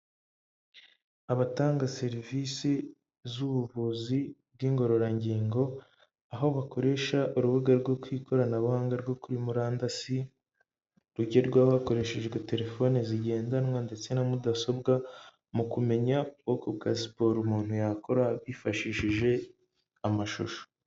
Abatanga serivisi z'ubuvuzi bw'ingororangingo, aho bakoresha urubuga rwo ku ikoranabuhanga rwo kuri murandasi, rugerwaho hakoreshejwe terefone zigendanwa ndetse na mudasobwa mu kumenya ubwoko bwa siporo umuntu yakora, bifashishije amashusho.